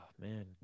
man